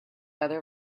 other